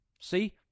See